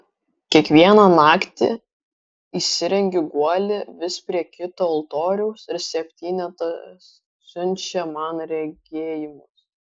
kiekvieną naktį įsirengiu guolį vis prie kito altoriaus ir septynetas siunčia man regėjimus